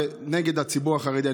ונגד הציבור החרדי.